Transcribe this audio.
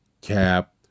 Cap